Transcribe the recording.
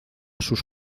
sus